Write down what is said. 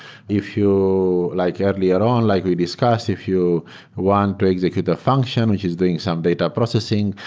if you, like earlier on, like we discussed, if you want to execute a function, which is doing some data processing,